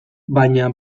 baina